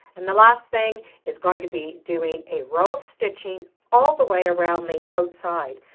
and the last thing is going to be doing a row of stitching all the way around the outside.